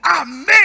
amen